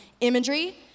imagery